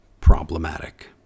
problematic